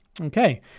Okay